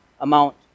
amount